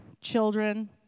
children